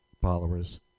followers